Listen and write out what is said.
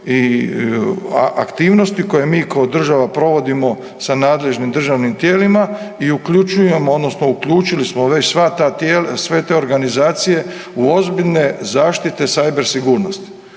i aktivnosti koje mi kao država provodimo sa nadležnim državnim tijelima i uključujemo odnosno uključili smo već sve te organizacije u ozbiljne zaštite cyber sigurnosti.